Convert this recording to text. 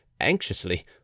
anxiously